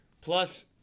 Plus